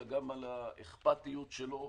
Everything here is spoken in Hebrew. אלא גם על האכפתיות שלו